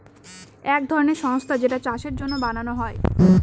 এক ধরনের সংস্থা যেইটা চাষের জন্য বানানো হয়